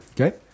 Okay